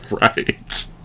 Right